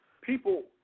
People